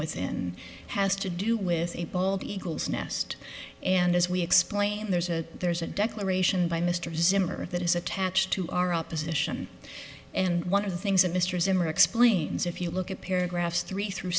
with and has to do with a bald eagles nest and as we explained there's a there's a declaration by mr zimmer that is attached to our opposition and one of the things that mr zimmer explains if you look at paragraph three through